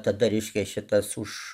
tada reiškia šitas už